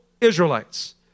Israelites